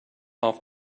off